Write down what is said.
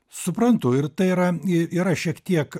suprantu ir tai yra yra šiek tiek